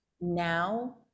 now